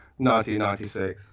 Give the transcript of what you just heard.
1996